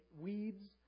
weeds